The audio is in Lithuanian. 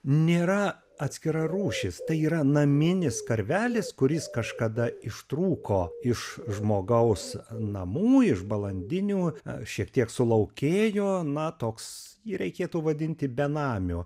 nėra atskira rūšis tai yra naminis karvelis kuris kažkada ištrūko iš žmogaus namų iš balandinių šiek tiek sulaukėjo na toks jį reikėtų vadinti benamiu